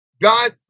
God